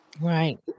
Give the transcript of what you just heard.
Right